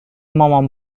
مامان